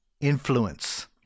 influence